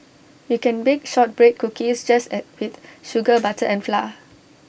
you can bake Shortbread Cookies just as with sugar butter and flour